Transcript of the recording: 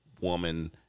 woman